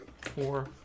Four